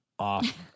Off